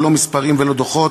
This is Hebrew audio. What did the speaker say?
אלו לא מספרים ולא דוחות,